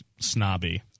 snobby